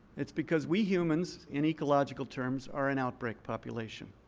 it's because we humans, in ecological terms, are an outbreak population.